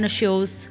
shows